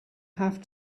have